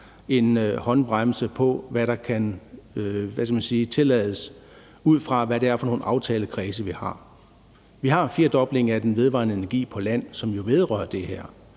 en håndbremse på, hvad der kan, hvad kan man sige, tillades, ud fra hvad det er for nogle aftalekredse, vi har. Vi har en firdobling af den vedvarende energi på land, som jo vedrører det her.